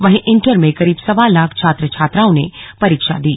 वहीं इंटर में करीब सवा लाख छात्र छात्राओं ने परीक्षा दी